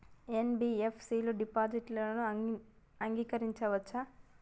NBFC డిపాజిట్లను అంగీకరించవచ్చా?